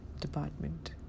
department